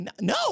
no